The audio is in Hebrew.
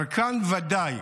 אבל כאן, ודאי.